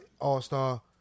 all-star